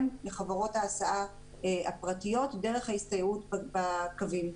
לחברות ההסעה הפרטיות דרך ההסתייעות בקווים,